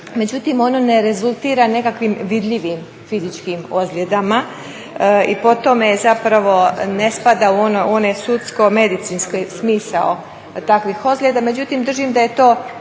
međutim ono ne rezultira nekakvim vidljivim fizičkim ozljedama i po tome zapravo ne spada u one sudsko-medicinski smisao takvih ozljeda, međutim držim da je to